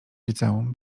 liceum